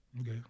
okay